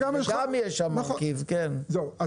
נכון,